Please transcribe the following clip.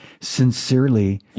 sincerely